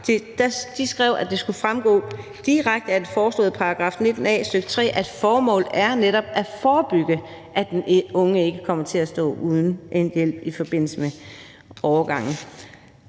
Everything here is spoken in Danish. høringsvar, at det skulle fremgå direkte af den nye § 19 a, stk. 3, at formålet netop er at forebygge, at den unge ikke kommer til at stå uden hjælp i forbindelse med overgangen.